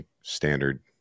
standard